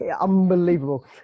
Unbelievable